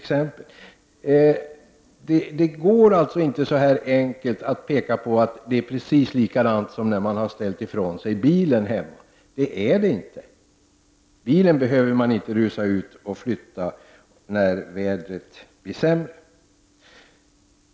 Det är alltså inte så enkelt som att peka på att det är precis likadant som när man har ställt ifrån sig bilen hemma. Det är det inte. Bilen behöver man inte rusa ut och flytta när vädret blir sämre.